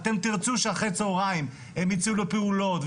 אתם תרצו שאחרי הצהריים הם יצאו לפעולות,